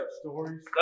Stories